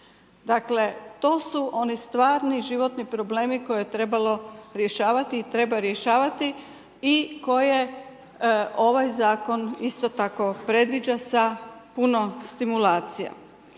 Dakle, to su one stvarni životni problemi koje je trebalo rješavati i treba rješavati i koje ovaj zakon isto tako predviđa sa puno stimulacija.